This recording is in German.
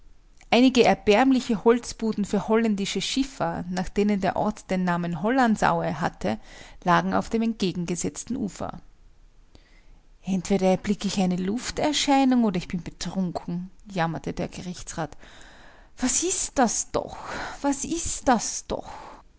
einige erbärmliche holzbuden für holländische schiffer nach denen der ort den namen hollandsaue hatte lagen auf dem entgegengesetzten ufer entweder erblicke ich eine lufterscheinung oder ich bin betrunken jammerte der gerichtsrat was ist das doch was ist das doch